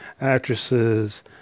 actresses